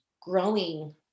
growing